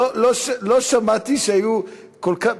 לא שמעתי שהיו כל כך,